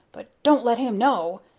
but don't let him know.